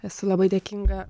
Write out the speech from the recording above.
esu labai dėkinga